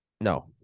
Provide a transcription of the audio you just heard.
No